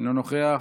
אינו נוכח,